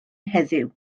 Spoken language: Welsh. heddiw